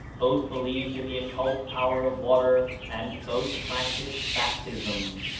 both believed in the occult power of water, and both practised baptism.